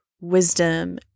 wisdom